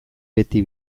beti